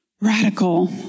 Radical